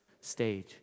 stage